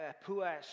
poor